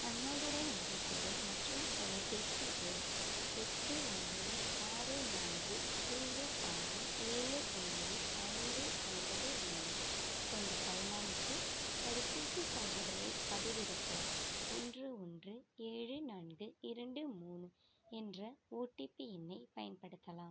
அண்ணாதுரை என்ற பெயர் மற்றும் தொலைபேசி எண் எட்டு ஒன்பது ஆறு நான்கு ஜீரோ ஆறு ஏழு ஒன்பது ஐந்து ஒன்பது ஒன்பது கொண்ட பயனாளிக்கு தடுப்பூசிச் சான்றிதழைப் பதிவிறக்க ஒன்று ஒன்று ஏழு நான்கு இரண்டு மூணு என்ற ஓடிபி எண்ணைப் பயன்படுத்தலாம்